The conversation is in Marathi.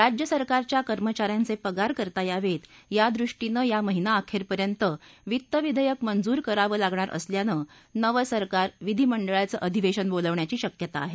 राज्यसरकारच्या कर्मचा यांचे पगार करता यावेत यादृष्टीनं या महिनाअखेर पर्यंत वित्त विधेयक मंजूर करावं लागणार असल्यानं नवं सरकार विधीमंडळाचं अधिवेशन बोलावण्याची शक्यता आहे